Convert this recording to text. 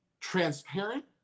transparent